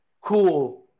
cool